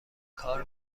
کار